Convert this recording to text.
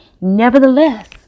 nevertheless